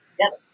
together